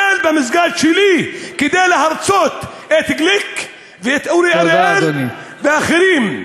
במסגד שלי כדי לרצות את גליק ואת אורי אריאל ואחרים.